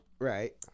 Right